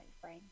frame